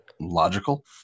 logical